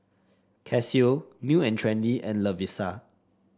Casio New And Trendy and Lovisa